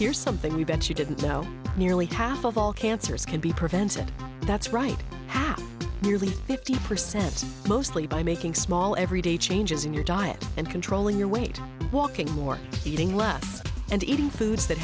here something we bet you didn't know nearly half of all cancers can be prevented that's right have nearly fifty percent mostly by making small everyday changes in your diet and controlling your weight walking more eating less and eating foods that